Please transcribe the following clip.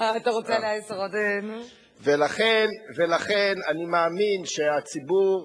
לכן אני מאמין שהציבור,